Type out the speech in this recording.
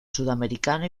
sudamericano